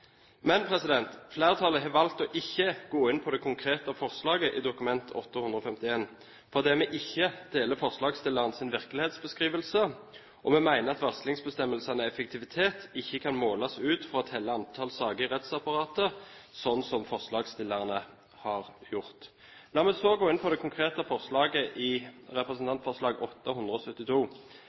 Men flertallet har valgt ikke å gå inn på det konkrete forslaget i Dokument 8:151 S fordi vi ikke deler forslagsstillernes virkelighetsbeskrivelse. Vi mener at varslingsbestemmelsenes effektivitet ikke kan måles ut fra å telle antall saker i rettsapparatet, slik som forslagsstillerne har gjort. La meg så gå inn på det konkrete forslaget i representantforslag